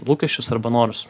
lūkesčius arba norus